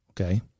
Okay